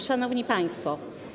Szanowni Państwo!